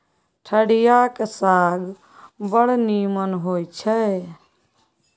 ठढियाक साग बड़ नीमन होए छै